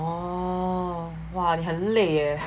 oh 哇你很累 leh